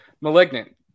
malignant